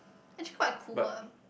actually quite cool ah